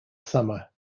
summer